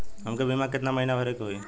हमके बीमा केतना के महीना भरे के होई?